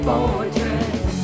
Fortress